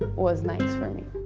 was nice for me.